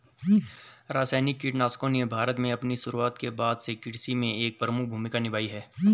रासायनिक कीटनाशकों ने भारत में अपनी शुरूआत के बाद से कृषि में एक प्रमुख भूमिका निभाई है